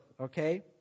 Okay